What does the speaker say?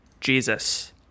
jesus